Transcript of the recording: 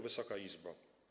Wysoka Izbo!